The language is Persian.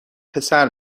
پسر